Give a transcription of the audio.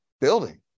building